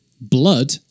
blood